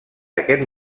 aquest